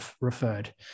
referred